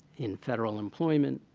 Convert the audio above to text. in federal employment,